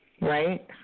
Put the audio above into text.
right